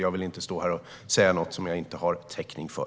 Jag vill inte säga något som jag inte har täckning för.